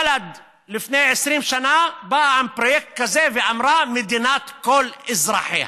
בל"ד באה לפני 20 שנה עם פרויקט כזה ואמרה: מדינת כל אזרחיה.